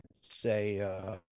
say